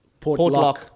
Portlock